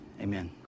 Amen